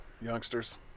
youngsters